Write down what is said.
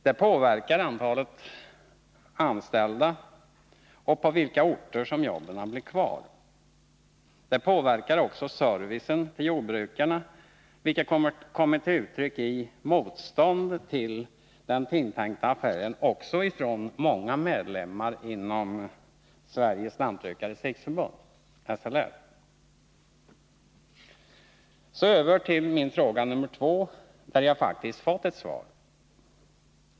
Det påverkar antalet anställda och avgör på vilka orter jobben blir kvar. Det påverkar också servicen till jordbrukarna, något som kommit till uttryck i motstånd mot den tilltänkta affären också från många medlemmar i Svenska lantmännens riksförbund, SLR. Så över till min fråga nr 2, där jag faktiskt fått ett svar.